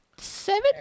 seven